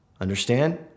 Understand